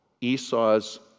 Esau's